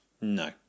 No